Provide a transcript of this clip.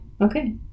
okay